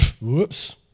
whoops